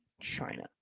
China